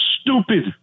stupid